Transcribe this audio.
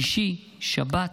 שישי, שבת.